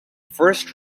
first